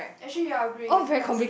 actually agreed his friends